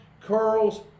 curls